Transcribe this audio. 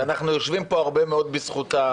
אנחנו יושבים פה הרבה מאוד בזכותם,